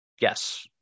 yes